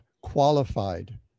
qualified